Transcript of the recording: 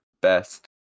best